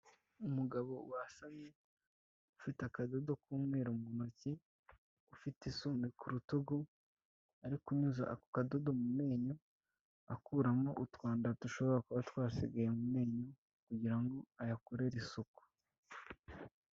Umugabo wasamye ufite akadodo k'umweru mu ntoki, ufite isume ku rutugu, ari kunyuza ako kadodo mu menyo, akuramo utwanda dushobora kuba twasigaye mu menyo kugira ngo ayakorere isuku.